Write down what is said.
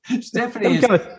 Stephanie